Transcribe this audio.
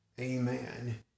Amen